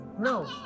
no